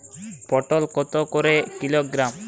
পটল কত করে কিলোগ্রাম?